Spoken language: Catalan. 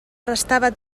restava